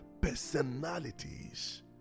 personalities